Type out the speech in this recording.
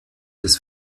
des